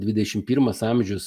dvidešimt pirmas amžius